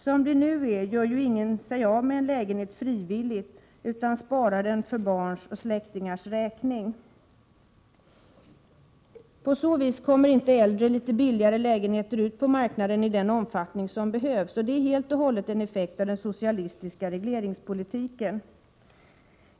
Som det nu är gör sig ingen av med en lägenhet frivilligt utan sparar den för barns och släktingars räkning. På så vis kommer inte äldre, litet billigare lägenheter ut på marknaden i den omfattning som behövs. Det är helt och hållet en effekt av den socialistiska regleringspolitiken.